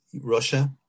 Russia